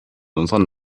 unserer